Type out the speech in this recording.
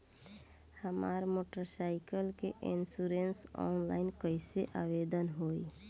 हमार motorcycle के insurance online कईसे आवेदन होई?